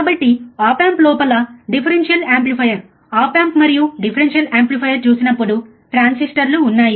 కాబట్టి op amp లోపల differential amplifier op amp మరియు డిఫరెన్షియల్ యాంప్లిఫైయర్ చూసినప్పుడు ట్రాన్సిస్టర్లు ఉన్నాయి